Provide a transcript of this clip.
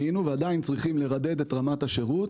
ועדיין צריכים לרדד את רמת השירות